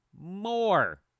more